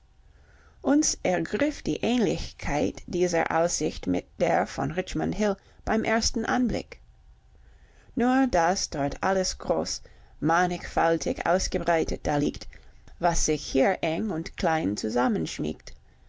uns ergriff die ähnlichkeit dieser aussicht mit der von richmond hill beim ersten anblick nur daß dort alles groß mannigfaltig ausgebreitet daliegt was sich hier eng und klein